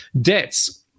Debts